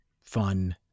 fun